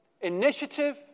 initiative